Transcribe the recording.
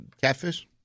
Catfish